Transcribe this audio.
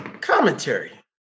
Commentary